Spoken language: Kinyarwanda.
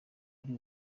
ari